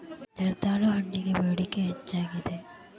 ಜರ್ದಾಳು ಹಣ್ಣಗೆ ಬೇಡಿಕೆ ಹೆಚ್ಚಾಗಿದೆ